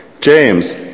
James